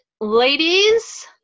ladies